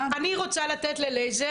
אני רוצה לתת ללייזר,